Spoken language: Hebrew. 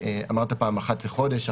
אמרת: פעם אחת לחודש,